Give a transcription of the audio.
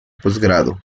posgrado